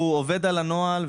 הוא עובד על הנוהל,